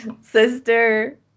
Sister